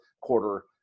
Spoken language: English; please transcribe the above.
quarter